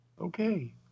Okay